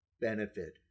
benefit